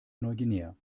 neuguinea